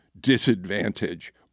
disadvantage